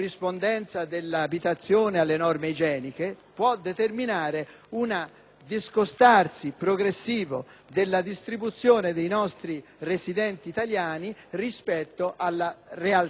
discostarsi progressivo della distribuzione dei nostri residenti italiani rispetto alla realtà. Questo deteriora il sistema statistico nazionale